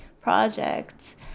projects